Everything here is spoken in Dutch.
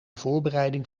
voorbereiding